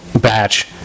batch